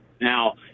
Now